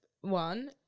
one